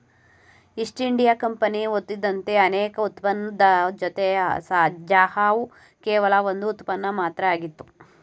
East India Company ಹೊತ್ತುತಂದ ಅನೇಕ ಉತ್ಪನ್ನದ್ ಜೊತೆ ಚಹಾವು ಕೇವಲ ಒಂದ್ ಉತ್ಪನ್ನ ಮಾತ್ರ ಆಗಿತ್ತು